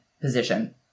position